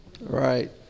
Right